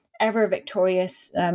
ever-victorious